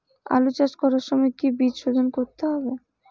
আলু চাষ করার সময় কি বীজ শোধন করতে হবে?